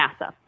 NASA